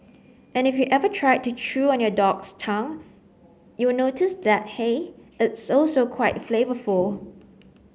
and if you ever tried to chew on your dog's tongue you would notice that hey it's also quite flavourful